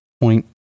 point